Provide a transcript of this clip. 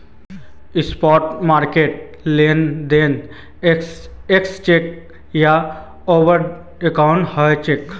spot market लेनदेन exchange या over the counter हवा सक्छे